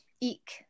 Eek